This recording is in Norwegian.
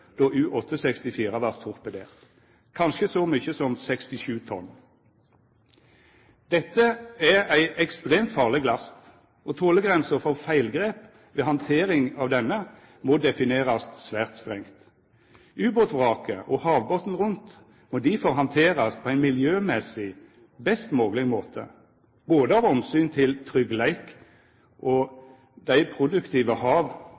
vart torpedert, kanskje så mykje som 67 tonn. Dette er ei ekstremt farleg last, og tolegrensa for feilgrep ved handtering av denne må definerast svært strengt. Ubåtvraket og havbotnen rundt må difor handterast på ein miljømessig best mogleg måte, av omsyn til tryggleik og dei produktive hav-